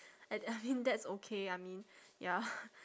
and I mean that's okay I mean ya